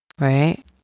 right